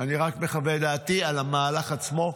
אני רק מחוות את דעתי על המהלך עצמו,